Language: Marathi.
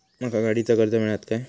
माका गाडीचा कर्ज मिळात काय?